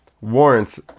Warrants